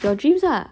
your dreams ah